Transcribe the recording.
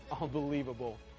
unbelievable